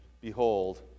Behold